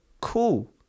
Cool